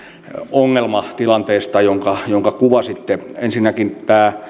ongelmatilanteesta jonka jonka kuvasitte ensinnäkin